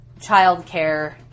childcare